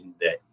day